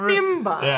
Simba